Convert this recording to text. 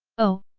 oh,